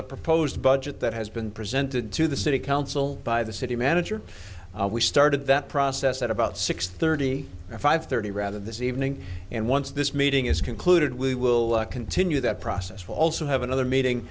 the proposed budget that has been presented to the city council by the city manager we started that process at about six thirty five thirty rather this evening and once this meeting is concluded we will continue that process will also have another meeting